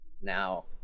Now